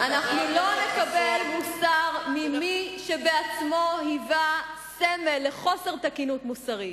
לא נקבל מוסר ממי שבעצמו היווה סמל לחוסר תקינות מוסרית.